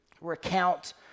recount